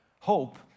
Hope